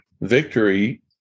victory